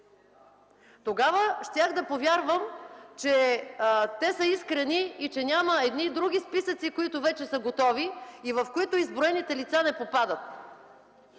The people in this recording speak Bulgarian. Тогава щях да повярвам, че те са искрени и че няма едни други списъци, които вече са готови и в които изброените лица не попадат.